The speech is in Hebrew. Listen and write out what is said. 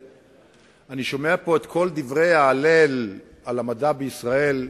אני שומע פה את כל דברי ההלל על המדע בישראל,